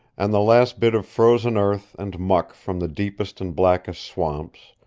and the last bit of frozen earth and muck from the deepest and blackest swamps,